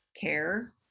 care